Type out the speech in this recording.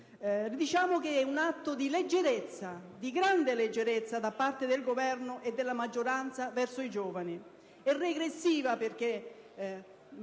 Diciamo che è un atto di leggerezza, di grande leggerezza da parte del Governo e della maggioranza verso i giovani. È regressiva perché